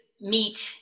meet